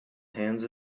hands